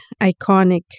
iconic